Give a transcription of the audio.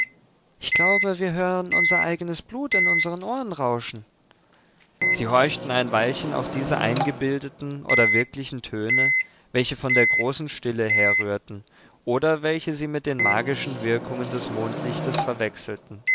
ich glaube wir hören unser eigenes blut in unsern ohren rauschen sie horchten ein weilchen auf diese eingebildeten oder wirklichen töne welche von der großen stille herrührten oder welche sie mit den magischen wirkungen des mondlichtes verwechselten